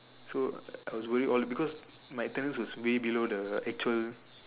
so I was worried all cause my attendance was way below the actual